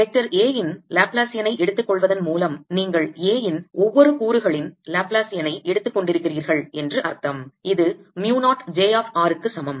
vector A இன் Laplacian ஐ எடுத்துக்கொள்வதன் மூலம் நீங்கள் A இன் ஒவ்வொரு கூறுகளின் லாப்லேசியன் ஐ எடுத்துக்கொண்டிருக்கிறீர்கள் என்று அர்த்தம் இது mu 0 j of r க்கு சமம்